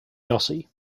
gussie